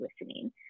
listening